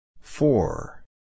Four